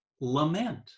lament